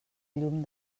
llum